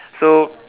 so